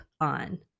on